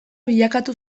bilakatu